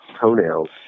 toenails